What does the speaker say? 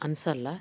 ಅನ್ಸೋಲ್ಲ